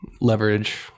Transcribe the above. leverage